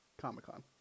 comic-con